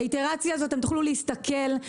תוכלו להסתכל,